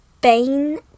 Bane